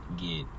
get